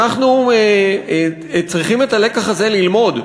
אנחנו צריכים את הלקח הזה ללמוד.